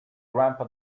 grandpa